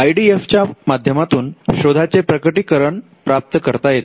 I D F च्या माध्यमातून शोधाचे प्रकटीकरण प्राप्त करता येते